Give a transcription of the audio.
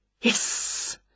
Yes